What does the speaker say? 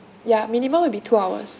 ya minimum will be two hours